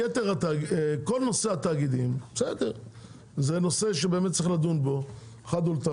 שנים מהנדסת בוגר טכניון, לא לאשר אותה?